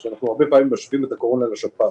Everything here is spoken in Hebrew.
אנחנו הרבה פעמים משווים את הקורונה לשפעת.